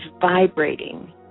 vibrating